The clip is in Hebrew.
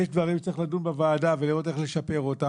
ויש דברים שצריך לדון בוועדה ולראות איך לשפר אותם,